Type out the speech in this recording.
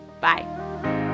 bye